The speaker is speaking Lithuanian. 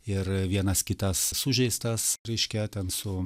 ir vienas kitas sužeistas reiškia ten su